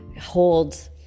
holds